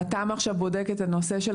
התמ"א בודקת עכשיו את הנושא של